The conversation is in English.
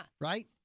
Right